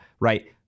right